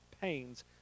pains